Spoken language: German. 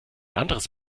anderes